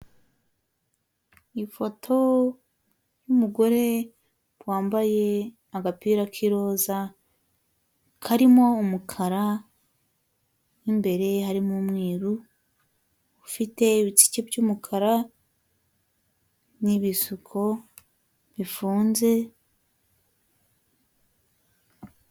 Ifoto yumugore wambaye agapira k'iroza karimo umukara n'imbere harimo umweru ufite ibitsike by'umukara n'ibisuko bifunze.